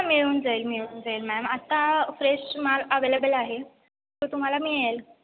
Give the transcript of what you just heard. मिळून जाईल मिळून जाईल मॅम आत्ता फ्रेश माल अवेलेबल आहे तो तुम्हाला मिळेल